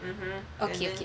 okay okay